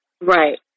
Right